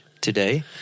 today